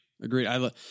Agreed